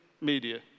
media